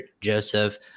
Joseph